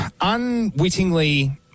unwittingly